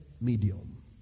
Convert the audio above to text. medium